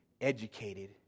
educated